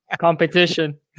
Competition